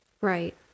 Right